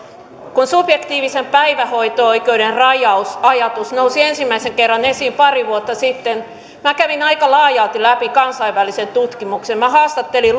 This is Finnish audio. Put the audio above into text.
kun subjektiivisen päivähoito oikeuden rajausajatus nousi ensimmäisen kerran esiin pari vuotta sitten minä kävin aika laajalti läpi kansainvälisen tutkimuksen haastattelin